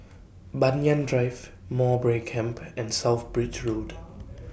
Banyan Drive Mowbray Camp and South Bridge Road